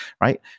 right